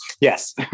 yes